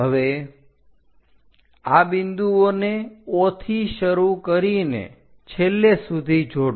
હવે આ બિંદુઓને O થી શરૂ કરીને છેલ્લે સુધી જોડો